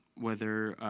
whether